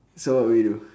so what will you do